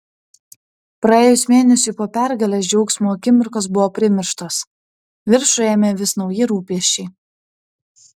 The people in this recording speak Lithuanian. praėjus mėnesiui po pergalės džiaugsmo akimirkos buvo primirštos viršų ėmė vis nauji rūpesčiai